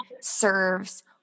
serves